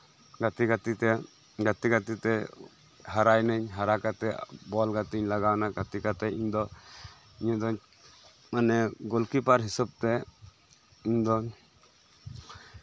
ᱜᱟᱛᱮ ᱜᱟᱛᱮ ᱛᱮ ᱜᱟᱛᱮ ᱜᱟᱛᱮ ᱛᱮ ᱦᱟᱨᱟᱭᱮᱱᱟ ᱧ ᱦᱟᱨᱟ ᱠᱟᱛᱮᱜ ᱵᱚᱞ ᱜᱟᱛᱮᱧ ᱞᱟᱜᱟᱣᱮᱱᱟ ᱪᱤᱠᱟᱛᱮ ᱤᱧ ᱫᱚ ᱜᱳᱞᱠᱤᱯᱟᱨ ᱦᱤᱥᱟᱹᱵ ᱛᱮ ᱤᱧ ᱫᱚ